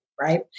right